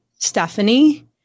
Stephanie